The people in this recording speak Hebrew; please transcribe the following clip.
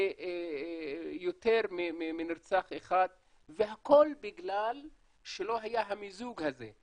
ליותר מנרצח אחד והכול בגלל שלא היה המיזוג הזה,